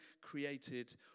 created